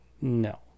no